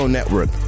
Network